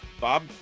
Bob